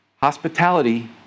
Hospitality